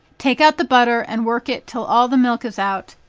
take out the butter and work it till all the milk is out,